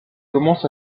commence